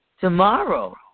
tomorrow